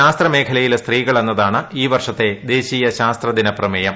ശാസ്ത്ര മേഖലയിലെ സ്ത്രീകൾ എന്നതാണ് ഈ വർഷത്തെ ദേശീയ ശാസ്ത്രദിന പ്രമേയം